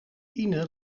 ine